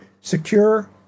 Secure